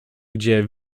gdzie